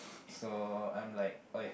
so I'm like [oi]